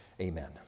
Amen